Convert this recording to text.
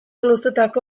luzetako